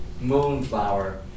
Moonflower